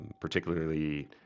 particularly